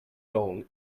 dong